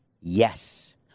yes